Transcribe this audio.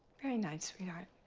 very nice sweetheart.